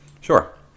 sure